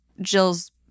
Jill's